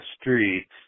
streets